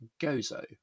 Gozo